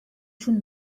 schon